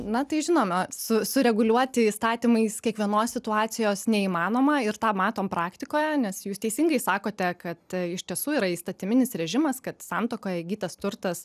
na tai žinoma su sureguliuoti įstatymais kiekvienos situacijos neįmanoma ir tą matom praktikoje nes jūs teisingai sakote kad iš tiesų yra įstatyminis režimas kad santuokoje įgytas turtas